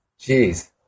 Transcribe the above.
Jeez